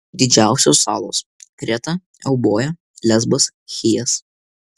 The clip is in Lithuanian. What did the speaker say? didžiausios salos kreta euboja lesbas chijas